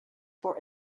for